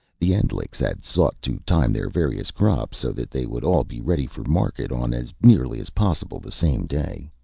the endlichs had sought to time their various crops, so that they would all be ready for market on as nearly as possible the same day.